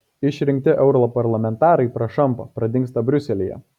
išrinkti europarlamentarai prašampa pradingsta briuselyje